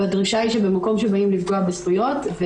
והדרישה היא שבמקום שבאים לפגוע בזכויות,